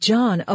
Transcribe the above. John